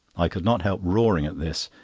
i could not help roaring at this,